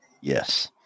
yes